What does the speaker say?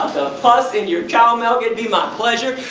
puss in your cow milk it'd be my pleasure.